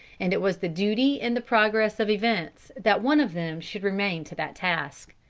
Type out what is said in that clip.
and it was the duty in the progress of events that one of them should remain to that task.